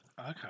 Okay